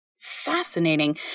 Fascinating